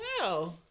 Wow